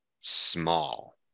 small